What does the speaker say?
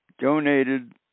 donated